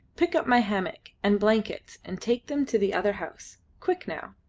pick up my hammock and blankets and take them to the other house. quick, now!